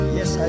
Yes